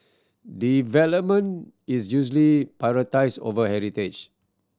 development is usually prioritised over heritage